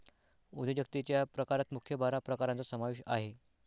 उद्योजकतेच्या प्रकारात मुख्य बारा प्रकारांचा समावेश आहे